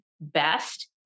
best